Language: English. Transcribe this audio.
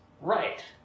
right